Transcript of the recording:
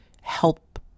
help